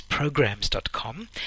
programs.com